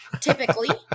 typically